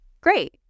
Great